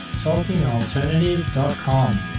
talkingalternative.com